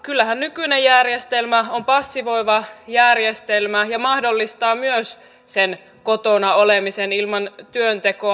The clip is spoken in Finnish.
kyllähän nykyinen järjestelmä on passivoiva järjestelmä ja mahdollistaa myös sen kotona olemisen ilman työntekoa